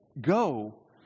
go